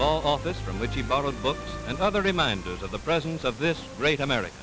law office from which he bought a book and other reminders of the presence of this great americ